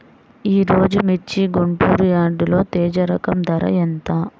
ఈరోజు మిర్చి గుంటూరు యార్డులో తేజ రకం ధర ఎంత?